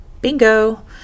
bingo